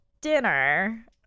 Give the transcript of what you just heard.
dinner